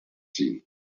seen